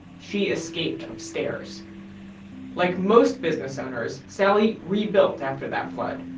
she escaped upstairs like most business owners, sally rebuilt after that flood.